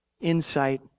insight